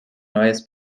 neues